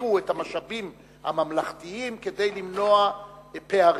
תגבירו את המשאבים הממלכתיים כדי למנוע פערים.